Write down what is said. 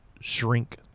shrink